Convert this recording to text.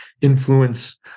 influence